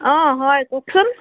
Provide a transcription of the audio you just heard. অঁ হয় কওকচোন